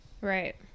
Right